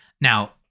Now